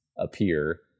appear